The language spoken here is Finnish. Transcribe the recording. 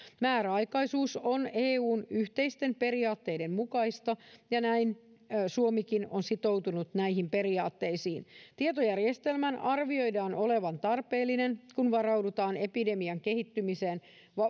määräaikaisuus on eun yhteisten periaatteiden mukaista ja suomikin on sitoutunut näihin periaatteisiin tietojärjestelmän arvioidaan olevan tarpeellinen kun varaudutaan epidemian kehittymiseen